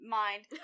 mind